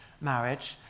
marriage